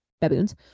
baboons